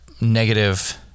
negative